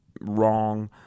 wrong